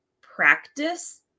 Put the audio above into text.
practice